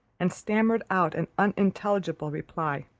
and stammered out an unintelligible reply.